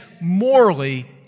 morally